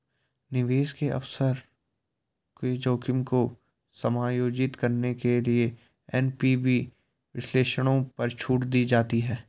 निवेश के अवसर के जोखिम को समायोजित करने के लिए एन.पी.वी विश्लेषणों पर छूट दी जाती है